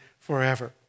forever